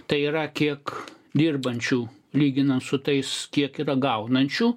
tai yra kiek dirbančių lyginant su tais kiek yra gaunančių